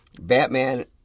Batman